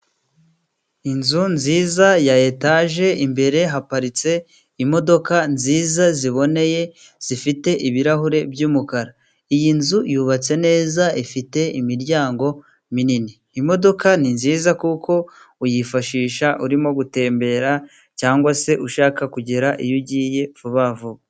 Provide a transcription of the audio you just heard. Inzu nziza ya etaje, imbere haparitse imodoka nziza ziboneye, zifite ibirahure by'umukara. Iyi nzu yubatse neza, ifite imiryango minini. Imodoka ni nziza kuko uyifashisha urimo gutembera cyangwa se ushaka kugera iyo ugiye vuba vuba.